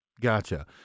Gotcha